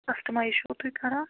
customise چھُو تُہۍ کَران